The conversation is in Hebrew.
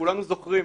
כולנו זוכרים.